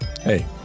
hey